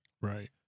Right